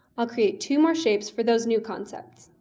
i'll create two more shapes for those new concepts.